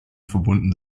verbunden